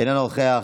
אינו נוכח,